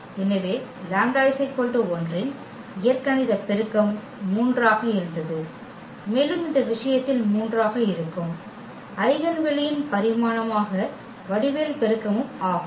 எனவே λ 1 இன் இயற்கணித பெருக்கம் 3 ஆக இருந்தது மேலும் இந்த விஷயத்தில் 3 ஆக இருக்கும் ஐகென் வெளியின் பரிமாணமான வடிவியல் பெருக்கமும் ஆகும்